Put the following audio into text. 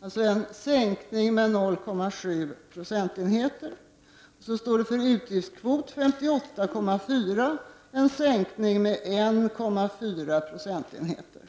dvs. en sänkning med 0,7 procentenheter. Utgiftskvoten anges till 58,4, vilket innebär en sänkning med 1,4 procentenheter.